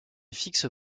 fixe